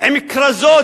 עם כרזות,